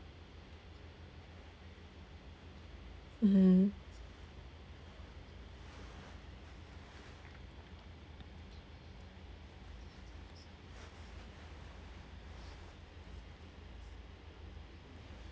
mmhmm